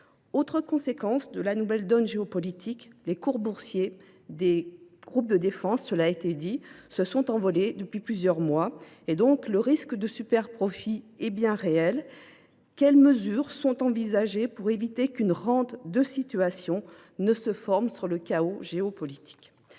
Autre conséquence de la nouvelle donne géopolitique : les cours boursiers des industries de défense connaissent un envol depuis plusieurs mois. Le risque de superprofits est bien réel. Quelles mesures sont envisagées pour éviter qu’une rente de situation ne se forme sur le chaos géopolitique ?